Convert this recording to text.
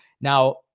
Now